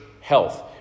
health